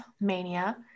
mania